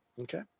Okay